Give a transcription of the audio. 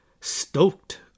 Stoked